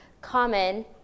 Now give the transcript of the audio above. common